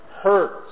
hurts